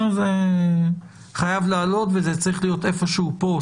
זה חייב לעלות וזה צריך להיות איפה שהוא כאן,